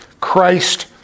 Christ